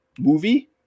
movie